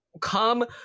come